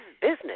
business